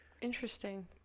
Interesting